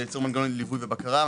ליצור מנגנון ליווי ובקרה,